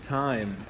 time